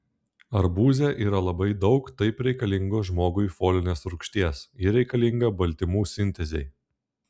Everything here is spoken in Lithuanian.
arbūze yra labai daug taip reikalingos žmogui folinės rūgšties ji reikalinga baltymų sintezei